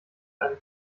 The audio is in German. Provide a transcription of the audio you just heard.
einem